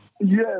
Yes